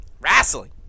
Wrestling